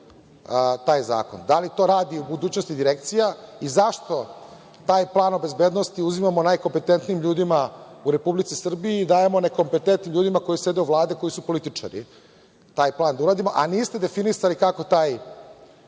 da li to radi u budućnosti Direkcija i zašto taj plan o bezbednosti uzimamo najkompetentnijim ljudima u Republici Srbiji i dajemo nekompetentnim ljudima koji sede u Vladi, koji su političari, taj plan da urade, a niste definisali kako taj